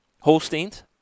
Holsteins